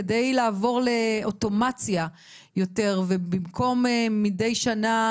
על מנת לעבור לאוטומציה יותר במקום מדי שנה